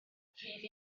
rhydd